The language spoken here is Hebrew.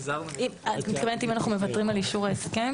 את מתכוונת אם אנחנו מוותרים על אישור ההסכם?